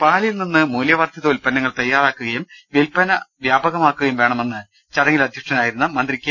പാലിൽ നിന്ന് മൂല്യവർദ്ധിത ഉത്പന്നങ്ങൾ തയ്യാറാക്കുകയും വിൽപന വ്യാപകമാക്കുകയും വേണമെന്ന് ചടങ്ങിൽ അധ്യക്ഷനായിരുന്നു മന്ത്രി കെ